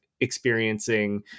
experiencing